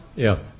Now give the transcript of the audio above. yeah.